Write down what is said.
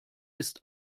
ist